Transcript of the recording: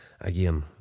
again